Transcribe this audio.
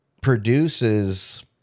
produces